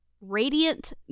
Radiant